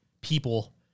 people